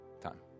time